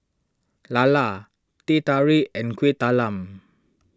Lala Teh Tarik and Kueh Talam